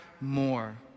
more